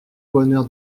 bonheur